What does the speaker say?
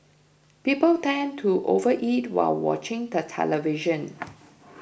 people tend to overeat while watching the television